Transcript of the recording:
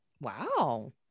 wow